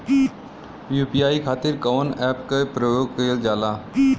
UPI खातीर कवन ऐपके प्रयोग कइलजाला?